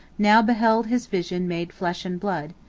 now beheld his vision made flesh and blood.